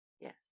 Yes